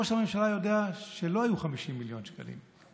ראש הממשלה יודע שלא היו 50 מיליון שקלים,